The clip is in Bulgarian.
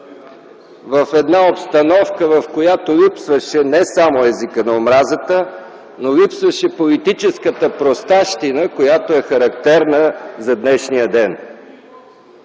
в една обстановка, в която липсваше не само езикът на омразата, но липсваше и политическата простащина, която е характерна за днешния ден.